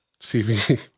CV